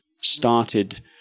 started